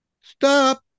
Stop